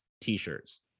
t-shirts